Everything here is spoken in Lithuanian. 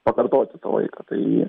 pakartoti tą laiką tai